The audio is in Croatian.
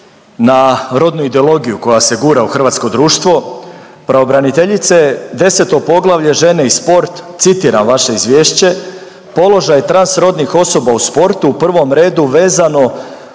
na rodnu ideologiju koja se gura u hrvatsko društvo. Pravobraniteljice 10. poglavlje Žene i sport, citiram vaše izvješće: „Položaj transrodnih osoba u sportu u prvom redu vezano